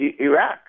Iraq